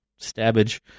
stabbage